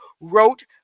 wrote